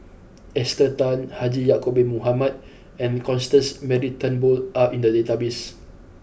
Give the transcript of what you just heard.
Esther Tan Haji Ya'Acob Bin Mohamed and Constance Mary Turnbull are in the database